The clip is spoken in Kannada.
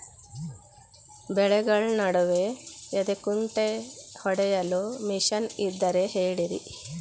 ಬೆಳೆಗಳ ನಡುವೆ ಬದೆಕುಂಟೆ ಹೊಡೆಯಲು ಮಿಷನ್ ಇದ್ದರೆ ಹೇಳಿರಿ